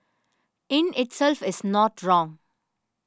in itself is not wrong